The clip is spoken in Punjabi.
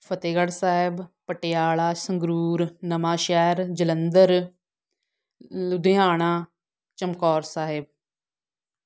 ਫਤਿਹਗੜ੍ਹ ਸਾਹਿਬ ਪਟਿਆਲਾ ਸੰਗਰੂਰ ਨਵਾਂਸ਼ਹਿਰ ਜਲੰਧਰ ਲੁਧਿਆਣਾ ਚਮਕੌਰ ਸਾਹਿਬ